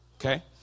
Okay